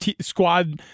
squad